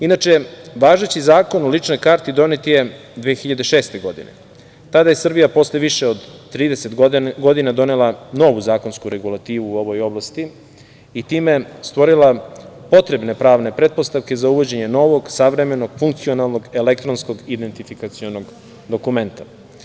Inače, važeći Zakon o ličnoj karti donet je 2006. godine, tada je Srbija posle više od 30 godina donela novu zakonsku regulativu u ovoj oblasti i time stvorila potrebne pravne pretpostavke za uvođenje novog, savremenog, funkcionalnog elektronskog identifikacionog dokumenta.